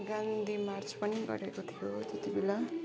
गान्धीमार्च पनि गरेको थियो त्यति बेला